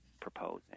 proposing